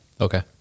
Okay